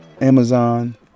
Amazon